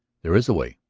there is a way!